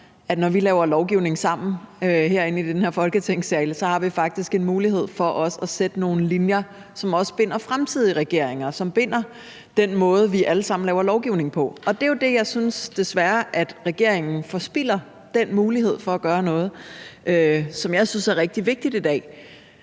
at når vi laver lovgivning sammen herinde i den her Folketingssal, så har vi faktisk en mulighed for at sætte nogle linjer, som også binder fremtidige regeringer, og som binder den måde, vi alle sammen laver lovgivning på. Det er jo den mulighed, som jeg desværre synes regeringen forspilder, og det synes jeg er rigtig vigtigt i dag.